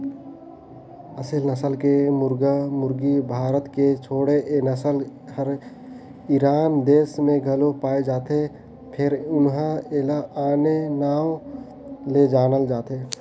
असेल नसल के मुरगा मुरगी भारत के छोड़े ए नसल हर ईरान देस में घलो पाये जाथे फेर उन्हा एला आने नांव ले जानल जाथे